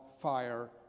fire